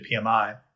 PMI